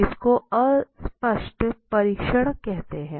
इसको अस्पष्ट परीक्षण कहते हैं